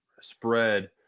spread